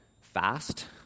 fast